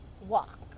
walk